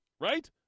right